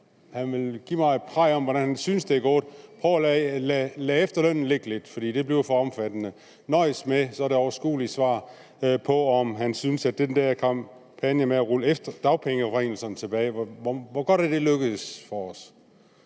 han vil give mig et praj om, hvordan han synes, det er gået. Han skal prøve at lade efterlønnen ligge lidt, for det bliver for omfattende. Han skal nøjes med det overskuelige svar på, hvor godt han synes at den der kampagne med at rulle dagpengeforringelserne tilbage er lykkedes for os.